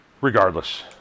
regardless